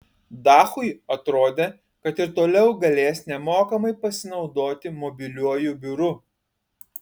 dachui atrodė kad ir toliau galės nemokamai pasinaudoti mobiliuoju biuru